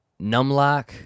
Numlock